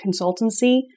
consultancy